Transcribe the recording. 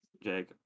Jake